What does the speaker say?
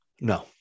No